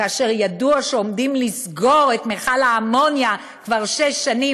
כאשר ידוע שעומדים לסגור את מכל האמוניה כבר שש שנים.